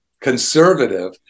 conservative